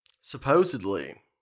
supposedly